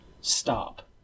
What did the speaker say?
stop